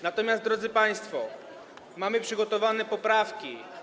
Natomiast, drodzy państwo, mamy przygotowane poprawki.